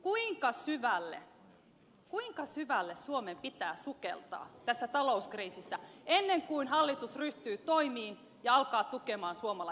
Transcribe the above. kuinka syvälle kuinka syvälle suomen pitää sukeltaa tässä talouskriisissä ennen kuin hallitus ryhtyy toimiin ja alkaa tukea suomalaista teollisuutta